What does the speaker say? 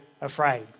afraid